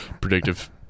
predictive